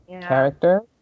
character